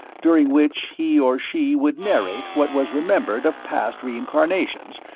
during which he or she would narrate what was remembered of past reincarnations,